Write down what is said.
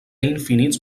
infinits